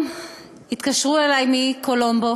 היום התקשרו אלי מפולומבו